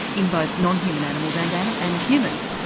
in both non-human animals and and um and humans?